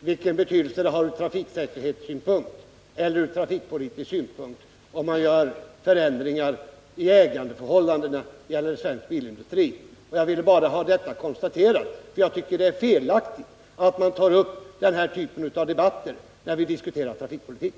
vilken betydelse det har ur trafiksäkerhetssynpunkt eller ur trafikpolitisk synvinkel om man gör förändringar i ägarförhållandena inom svensk bilindustri. Jag vill bara ha detta konstaterat, för jag tycker att det är felaktigt att ta upp en sådan typ av debatt när vi diskuterar trafikpolitik.